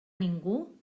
ningú